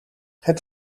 het